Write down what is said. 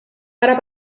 para